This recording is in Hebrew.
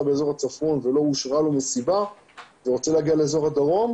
באזור הצפון ולא אושרה לו מסיבה והוא רוצה להגיע לאזור הדרום,